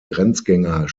grenzgänger